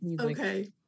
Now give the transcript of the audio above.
Okay